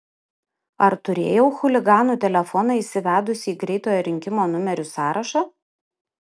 ar turėjau chuliganų telefoną įsivedusi į greitojo rinkimo numerių sąrašą